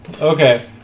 Okay